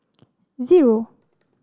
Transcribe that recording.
zero